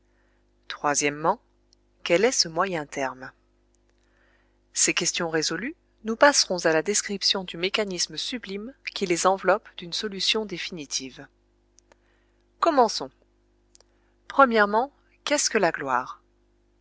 quel est ce moyen terme ces questions résolues nous passerons à la description du mécanisme sublime qui les enveloppe d'une solution définitive commençons quest ce que la gloire